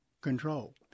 control